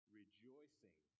rejoicing